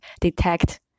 detect